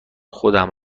خودم